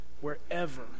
wherever